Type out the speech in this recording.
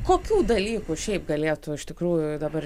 kokių dalykų šiaip galėtų iš tikrųjų dabar